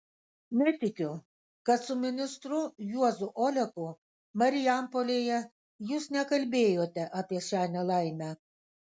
netikiu kad su ministru juozu oleku marijampolėje jūs nekalbėjote apie šią nelaimę